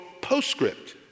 postscript